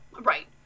right